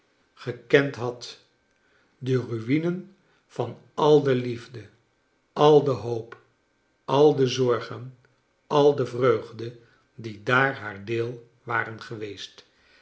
gekend had de rui'nen van al de liefde al de hoop al de zorgen al de vreugde die daar haar deel waren geweest